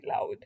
loud